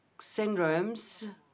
syndromes